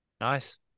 Nice